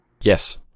Yes